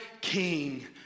king